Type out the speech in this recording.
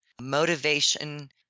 motivation